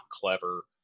clever